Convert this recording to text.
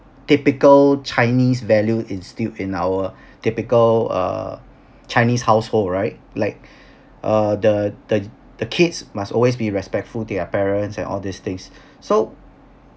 typical chinese value instilled in our typical uh chinese household right like uh the the the kids must always be respectful to their parents and all these things so